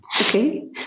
Okay